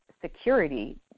security